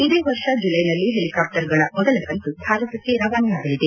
ಇದೇ ವರ್ಷ ಜುಲೈನಲ್ಲಿ ಹೆಲಿಕಾಪ್ವರ್ಗಳ ಮೊದಲ ಕಂತು ಭಾರತಕ್ಕೆ ರವಾನೆಯಾಗಲಿದೆ